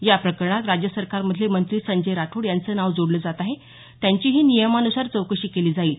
याप्रकरणात राज्य सरकारमधले मंत्री संजय राठोड यांचे नाव जोडलं जात आहे त्यांचीही नियमानुसार चौकशी केली जाईल